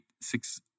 six